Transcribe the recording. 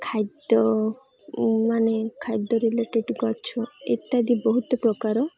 ଖାଦ୍ୟ ମାନେ ଖାଦ୍ୟ ରିଲେଟେଡ଼ ଗଛ ଇତ୍ୟାଦି ବହୁତ ପ୍ରକାର